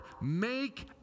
make